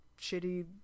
shitty